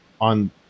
on